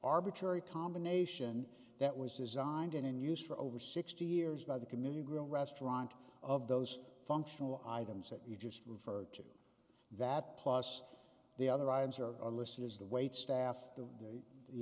arbitrary combination that was designed in and used for over sixty years by the community grown restaurant of those functional items that you just referred to that plus the other items are listed as the waitstaff to the